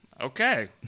Okay